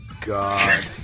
God